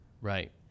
right